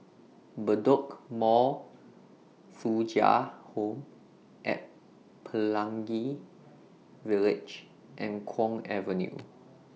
Bedok Mall Thuja Home At Pelangi Village and Kwong Avenue